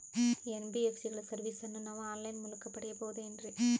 NBSC ಗಳ ಸರ್ವಿಸನ್ನ ನಾವು ಆನ್ ಲೈನ್ ಮೂಲಕ ಪಡೆಯಬಹುದೇನ್ರಿ?